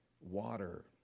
water